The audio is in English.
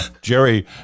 Jerry